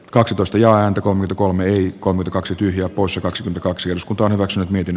kaksitoista ja häntä kun kolme iii kolme kaksi tyhjää poissa kaksi kaksi osku torrokset miten